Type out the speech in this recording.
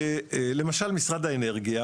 למשל משרד האנרגיה,